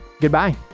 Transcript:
Goodbye